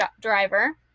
driver